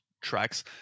tracks